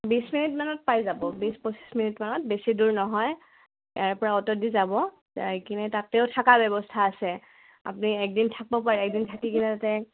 বিছ মিনিটমানত পাই যাব বিছ পঁচিছ মিনিটমানত বেছি দূৰ নহয় ইয়াৰ পৰা অটো দি যাব যাই কিনে তাতেও থকা ব্যৱস্থা আছে আপুনি এদিন থাকিব পাৰে এদিন থাকি কিনে তাতে